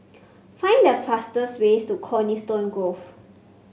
find the fastest way to Coniston Grove